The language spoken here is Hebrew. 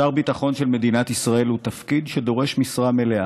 שר ביטחון של מדינת ישראל הוא תפקיד שדורש משרה מלאה,